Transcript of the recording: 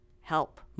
help